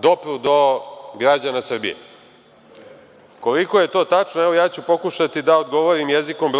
dopru do građana Srbije. Koliko je to tačno, evo ja ću pokušati da odgovorim jezikom